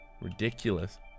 Ridiculous